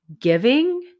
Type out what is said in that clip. giving